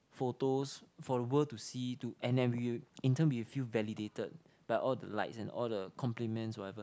photos for the world to see to and and we'll in turn we will feel validated by all the likes and all the compliments whatever